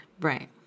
Right